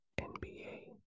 NBA